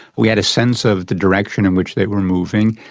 we had a sense of the direction in which they were moving.